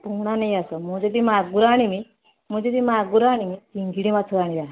ପୂହୁଣା ନେଇଆସ ମୁଁ ଯଦି ମାଗୁର ଆଣିମି ମୁଁ ଯଦି ମାଗୁର ଆଣିମି ଚିଙ୍ଗିଡ଼ି ମାଛ ଆଣିବା